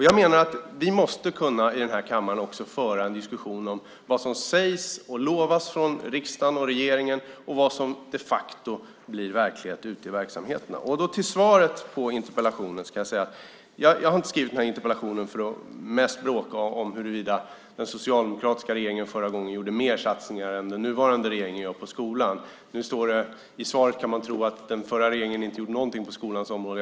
Jag menar att vi i den här kammaren måste kunna föra en diskussion om vad som sägs och lovas från riksdagen och regeringen och vad som de facto blir verklighet ute i verksamheterna. Jag har inte skrivit den här interpellationen för att mest bråka om huruvida den socialdemokratiska regeringen förra gången gjorde mer satsningar på skolan än vad den nuvarande regeringen gör. När man läser svaret kan man tro att den förra regeringen inte gjorde någonting på skolans område.